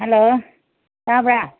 hello ꯇꯥꯕ꯭ꯔꯥ